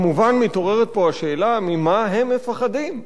כמובן, מתעוררת פה השאלה, ממה הם פוחדים?